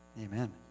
Amen